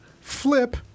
Flip